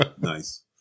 Nice